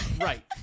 Right